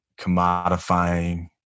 commodifying